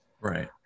right